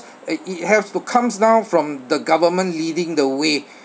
uh it have to comes down from the government leading the way